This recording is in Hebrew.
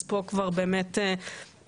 אז פה כבר באמת באים